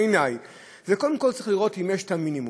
בעיני קודם כול צריך לראות אם יש את המינימום.